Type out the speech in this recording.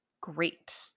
Great